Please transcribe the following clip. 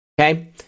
Okay